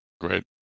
Great